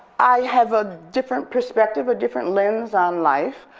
i have a different perspective, a different lens on life.